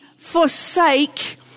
forsake